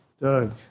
Doug